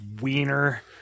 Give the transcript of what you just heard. wiener